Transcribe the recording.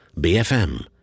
BFM